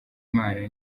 imana